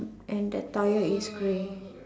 and the tire is grey